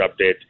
update